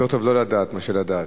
יותר טוב לא לדעת מאשר לדעת.